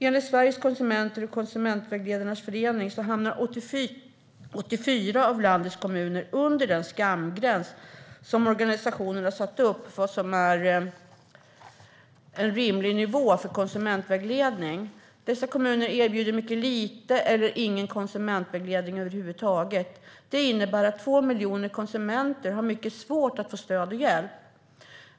Enligt Sveriges Konsumenter och Konsumentvägledarnas förening hamnar 84 av landets kommuner under den skamgräns som organisationerna satt upp för vad som är en rimlig nivå för konsumentvägledning. Dessa kommuner erbjuder mycket lite eller ingen konsumentvägledning över huvud taget. Det innebär att 2 miljoner konsumenter har mycket svårt att få stöd och hjälp.